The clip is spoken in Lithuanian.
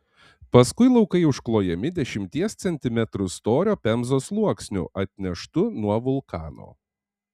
paskui laukai užklojami dešimties centimetrų storio pemzos sluoksniu atneštu nuo vulkano